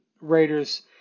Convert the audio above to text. Raiders